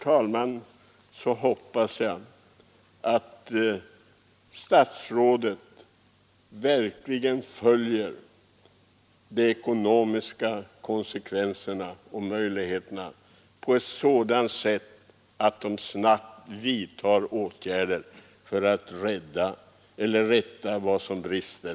Jag hoppas att statsrådet verkligen följer den ekonomiska utvecklingen och snabbt vidtager åtgärder för att rätta till vad som brister.